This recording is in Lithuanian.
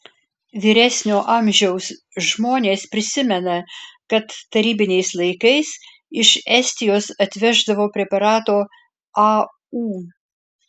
vyresnio amžiaus žmonės prisimena kad tarybiniais laikais iš estijos atveždavo preparato au